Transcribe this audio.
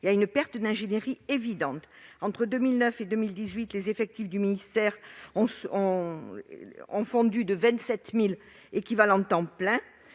et à une perte d'ingénierie évidente. Entre 2009 et 2018, les effectifs du ministère ont fondu de 27 000 emplois équivalents temps plein